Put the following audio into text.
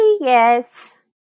Yes